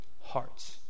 hearts